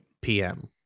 PM